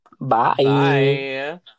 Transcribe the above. Bye